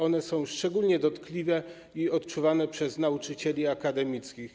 One są szczególnie dotkliwie odczuwane przez nauczycieli akademickich.